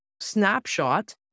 snapshot